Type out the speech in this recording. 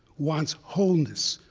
wants wholeness,